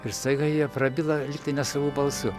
ir staiga jie prabyla lygtai nesavu balsu